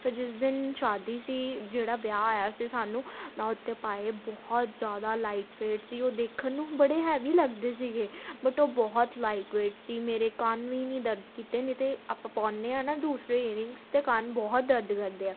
ਫਿਰ ਜਿਸ ਦਿਨ ਸ਼ਾਦੀ ਸੀ ਜਿਹੜਾ ਵਿਆਹ ਆਇਆ ਸੀ ਸਾਨੂੰ ਮੈਂ ਉੱਥੇ ਪਾਏ ਬਹੁਤ ਜ਼ਿਆਦਾ ਲਾਈਟ ਵੇਟ ਸੀ ਉਹ ਦੇਖਣ ਨੂੰ ਬੜੇ ਹੈਵੀ ਲੱਗਦੇ ਸੀਗੇ ਬਟ ਉਹ ਬਹੁਤ ਲਾਈਟ ਵੇਟ ਸੀ ਮੇਰੇ ਕੰਨ ਵੀ ਨਹੀਂ ਦਰਦ ਕੀਤੇ ਨਹੀਂ ਤਾਂ ਆਪਾਂ ਪਾਉਂਦੇ ਹਾਂ ਨਾ ਦੂਸਰੇ ਏਅਰਿੰਗਸ ਤਾਂ ਕੰਨ ਬਹੁਤ ਦਰਦ ਕਰਦੇ ਆ